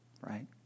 Right